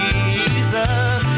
Jesus